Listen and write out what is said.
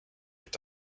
est